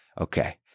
Okay